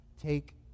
take